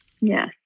Yes